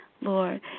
Lord